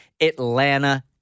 Atlanta